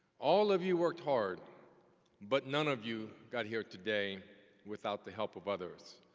all of you worked hard but none of you got here today without the help of others.